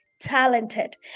talented